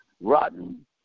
rotten